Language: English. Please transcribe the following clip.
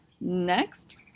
next